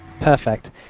perfect